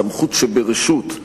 סמכות שברשות,